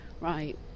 right